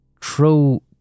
true